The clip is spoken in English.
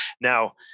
Now